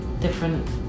different